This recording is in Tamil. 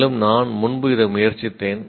மேலும் நான் முன்பு இதை முயற்சித்தேன்